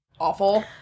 awful